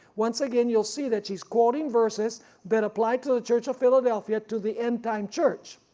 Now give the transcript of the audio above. once again you'll see that she's quoting verses been applied to the church of philadelphia to the end-time church.